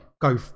go